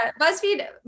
BuzzFeed